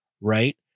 Right